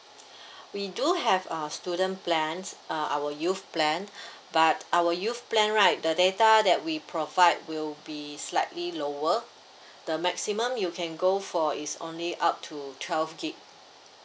we do have a student plans uh our youth plan but our youth plan right the data that we provide will be slightly lower the maximum you can go for is only up to twelve G_B